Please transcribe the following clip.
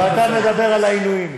ואתה מדבר על העינויים.